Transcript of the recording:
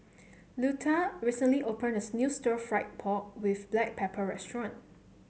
Luetta recently opened as new Stir Fried Pork with Black Pepper restaurant